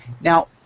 Now